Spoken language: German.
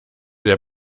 der